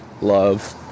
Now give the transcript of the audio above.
love